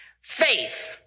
Faith